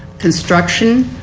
construction,